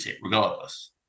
regardless